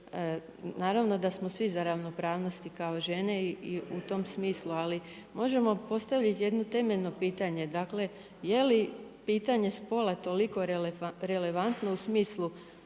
Naravno da smo svi za ravnopravnost kao žene i u tom smislu, ali možemo postaviti jedno temeljno pitanje, dakle, je li pitanje spola toliko relevantno u smislu